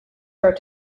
her